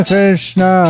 Krishna